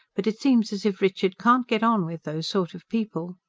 but it seems as if richard can't get on with those sort of people.